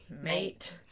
mate